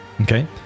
Okay